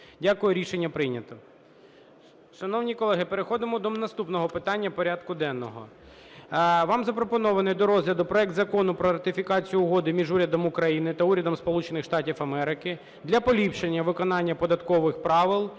Дякую. Рішення прийнято.